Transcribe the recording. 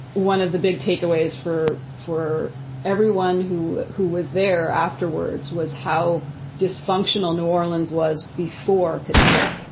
one of the big takeaways for. for everyone who who was there afterwards was how dysfunctional new orleans was before katrina.